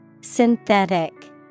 Synthetic